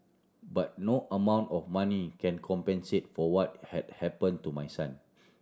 but no amount of money can compensate for what had happen to my son